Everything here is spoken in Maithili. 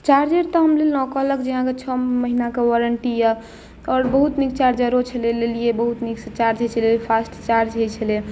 चार्जर तऽ हम लेलहुँ कहलक जे अहाँकेँ छओ महिनाके वारण्टी यए आओर बहुत नीक चार्जरो छलै लेलियै बहुत नीकसँ चार्ज होइत छलै फास्ट चार्ज होइत छलैए